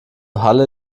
halle